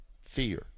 Fear